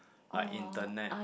like internet